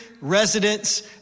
residents